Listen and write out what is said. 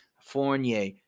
Fournier